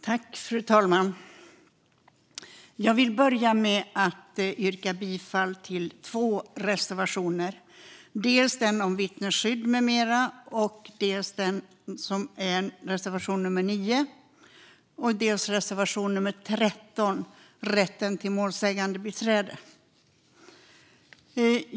Fru talman! Jag vill börja med att yrka bifall till två reservationer, dels reservation 9 om vittnesskydd med mera, dels reservation 13 om rätten till målsägandebiträde.